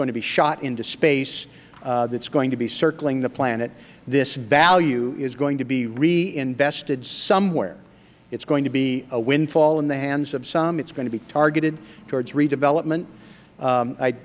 going to be shot into space that is going to be circling the planet this value is going to be reinvested somewhere it is going to be a windfall in the hands of some it is going to be targeted towards redevelopment